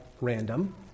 Random